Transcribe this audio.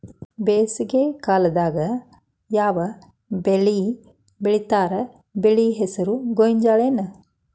ಬೇಸಿಗೆ ಕಾಲದಾಗ ಯಾವ್ ಬೆಳಿ ಬೆಳಿತಾರ, ಬೆಳಿ ಹೆಸರು ಗೋಂಜಾಳ ಏನ್?